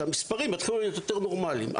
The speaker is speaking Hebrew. שהמספרים יתחילו להיות יותר נורמליים.